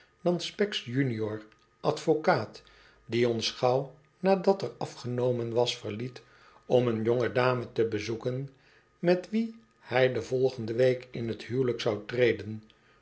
dan specks junior advocaat die ons gauw nadat er afgenomen was verliet om een jonge dame te bezoeken met wie hij de volgende week in t huwelijk zou treden